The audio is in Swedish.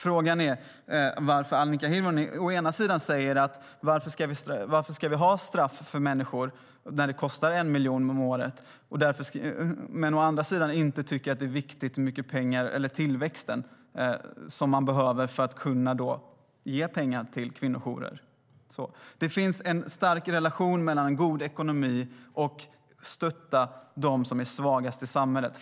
Frågan är varför Annika Hirvonen å ena sidan undrar varför människor ska straffas när sådant kostar 1 miljon om året men å andra sidan inte tycker att det är viktigt med den tillväxt som behövs för att ge pengar till kvinnojourer. Det finns en stark relation mellan god ekonomi och att stötta dem som är svagast i samhället.